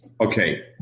Okay